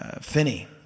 Finney